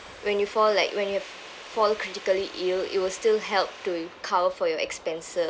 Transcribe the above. when you fall like when you fall critically ill it will still help to cover for your expenses